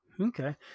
Okay